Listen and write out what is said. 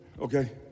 okay